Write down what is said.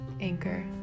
Anchor